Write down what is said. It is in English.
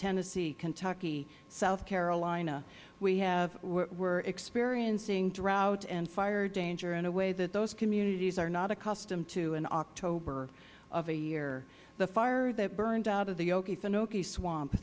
tennessee kentucky south carolina we are experiencing drought and fire danger in a way that those communities are not accustomed to in october of a year the fire that burned out of the